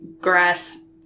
grass